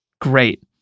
Great